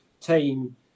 team